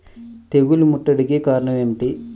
తెగుళ్ల ముట్టడికి కారణం ఏమిటి?